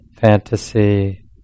fantasy